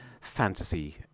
fantasy